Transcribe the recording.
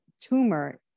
tumor